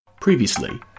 previously